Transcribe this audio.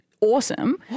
awesome